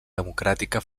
democràtica